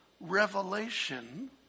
revelation